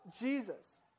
Jesus